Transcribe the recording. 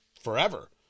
forever